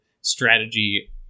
strategy